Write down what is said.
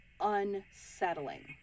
unsettling